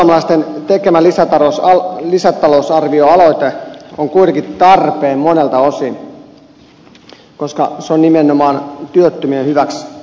perussuomalaisten tekemä lisätalousarvioaloite on kuitenkin tarpeen monelta osin koska se on nimenomaan työttömien hyväksi tehty